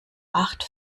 acht